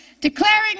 Declaring